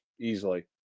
easily